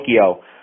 Tokyo